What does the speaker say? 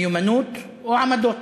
מיומנות או עמדות.